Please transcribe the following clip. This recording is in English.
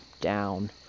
down